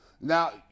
Now